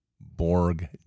Borg